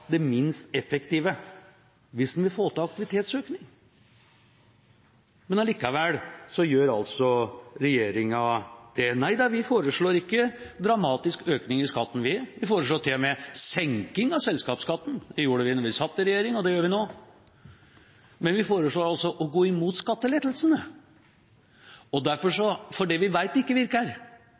det minst effektive hvis en vil få til aktivitetsøkning. Men allikevel gjør altså regjeringa det. Nei da, vi foreslår ikke dramatisk økning i skatten. Vi foreslår til og med senking av selskapsskatten. Det gjorde vi da vi satt i regjering, og det gjør vi nå. Men vi går altså imot skattelettelsene, fordi vi vet det ikke virker,